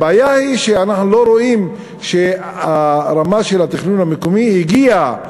הבעיה היא שאנחנו לא רואים שהרמה של התכנון המקומי הגיעה,